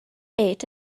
eight